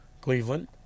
Cleveland